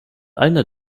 einer